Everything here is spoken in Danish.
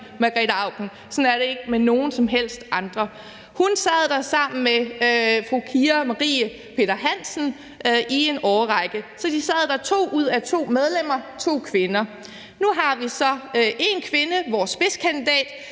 Margrete Auken. Sådan er det ikke med nogen som helst andre. Hun sad der sammen med fru Kira Marie Peter-Hansen i en årrække. Så to ud af to medlemmer var kvinder. Nu har vi så én kvinde, vores spidskandidat,